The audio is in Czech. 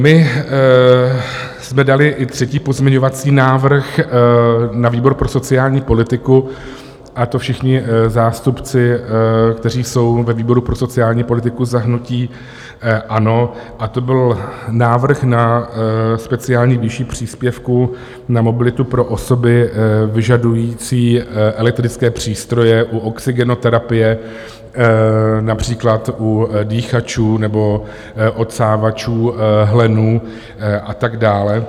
My jsme dali i třetí pozměňovací návrh na výboru pro sociální politiku, a to všichni zástupci, kteří jsou ve výboru pro sociální politiku za hnutí ANO, a to byl návrh na speciální výši příspěvků na mobilitu pro osoby vyžadující elektrické přístroje u oxygenoterapie, například u dýchačů nebo odsávačů hlenů a tak dále.